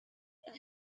and